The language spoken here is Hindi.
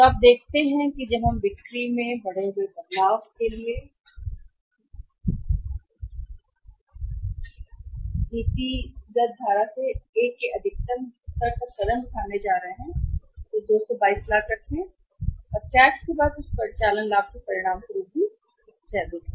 तो आप देखते हैं कि जब हम बिक्री में बढ़े हुए बदलाव के लिए नीतिगत धारा से ए के अधिकतम स्तर तक कदम उठाने जा रहे हैं 222 लाख रखें और टैक्स के बाद उस परिचालन लाभ के परिणामस्वरूप भी सबसे अधिक है